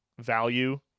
value